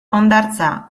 hondartza